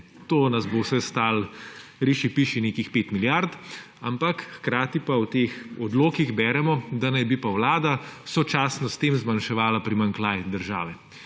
To nas bo vse stalo riši, piši nekih 5 milijard. Ampak hkrati pa v teh odlokih beremo, da naj bi pa vlada sočasno s tem zmanjševala primanjkljaj države,